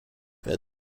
wer